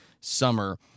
Summer